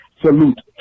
salute